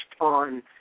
on